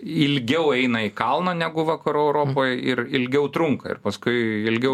ilgiau eina į kalną negu vakarų europoj ir ilgiau trunka ir paskui ilgiau